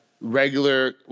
regular